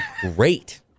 great